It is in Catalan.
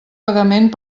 pagament